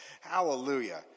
Hallelujah